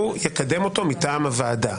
הוא יקדם אותו מטעם הוועדה.